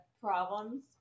problems